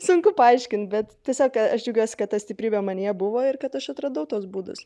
sunku paaiškint bet tiesiog aš džiaugiuosi kad ta stiprybė manyje buvo ir kad aš atradau tuos būdus